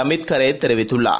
அமித் கரே தெரிவித்துள்ளார்